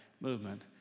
movement